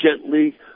gently